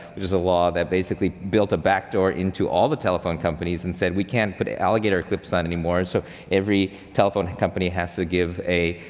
which is a law that basically built a backdoor into all the telephone companies and said we can't put alligator clips on anymore. and so every telephone company has to give a,